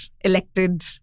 elected